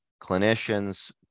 clinicians